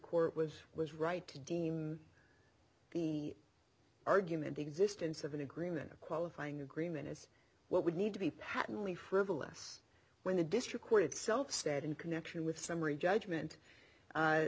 court was was right to deem the argument the existence of an agreement or qualifying agreement as what would need to be patently frivolous when the district court itself said in connection with summary judgment